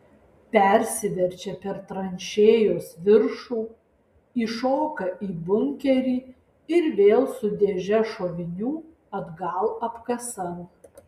persiverčia per tranšėjos viršų įšoka į bunkerį ir vėl su dėže šovinių atgal apkasan